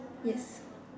yes